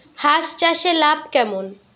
হাঁস চাষে লাভ কেমন?